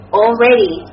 already